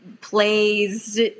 plays